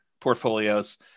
portfolios